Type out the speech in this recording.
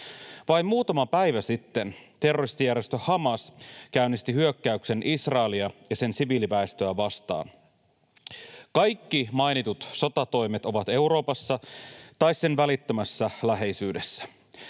Vain muutama päivä sitten terroristijärjestö Hamas käynnisti hyökkäyksen Israelia ja sen siviiliväestöä vastaan. Kaikki mainitut sotatoimet ovat Euroopassa tai sen välittömässä läheisyydessä.